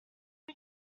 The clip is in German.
der